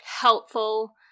helpful